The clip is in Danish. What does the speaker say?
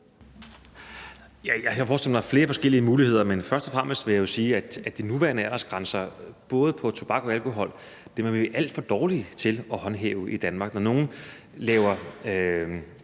kan forestille mig flere forskellige muligheder, men først og fremmest vil jeg jo sige, at de nuværende aldersgrænser for både tobak og alkohol er vi alt for dårlige til at håndhæve i Danmark. Når nogle laver